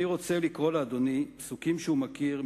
אני רוצה לקרוא לאדוני פסוקים שהוא מכיר,